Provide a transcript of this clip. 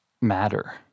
matter